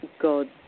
God